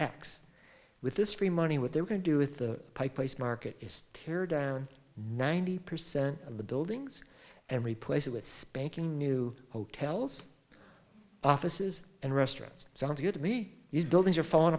x with this free money what they're going to do with the high place market is here down ninety percent of the buildings and replace it with spanking new hotels offices and restaurants sounds good to me these buildings are falling